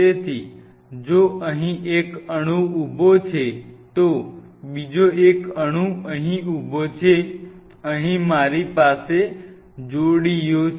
તેથી જો અહીં એક અણુ ઉભો છે તો બીજો એક અણુ અહીં ઉભો છે અહીં મારી પાસે જોડીઓ છે